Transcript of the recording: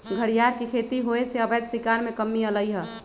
घरियार के खेती होयसे अवैध शिकार में कम्मि अलइ ह